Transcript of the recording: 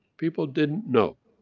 people didn't know.